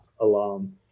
alarm